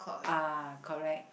uh correct